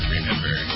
Remember